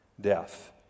death